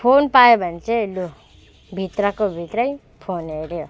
phone पायो भने चाहिँ लु भित्रको भित्रै फोन हेर्यो